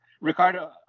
Ricardo